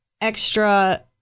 extra